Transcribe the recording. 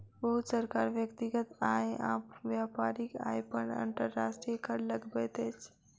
बहुत सरकार व्यक्तिगत आय आ व्यापारिक आय पर अंतर्राष्ट्रीय कर लगबैत अछि